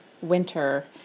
winter